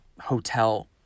hotel